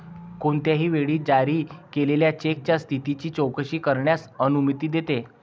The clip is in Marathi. कोणत्याही वेळी जारी केलेल्या चेकच्या स्थितीची चौकशी करण्यास अनुमती देते